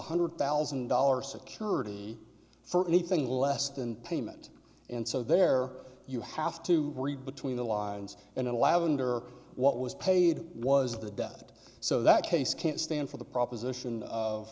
hundred thousand dollars security for anything less than payment and so there you have to read between the lines and in lavender what was paid was the debt so that case can't stand for the proposition of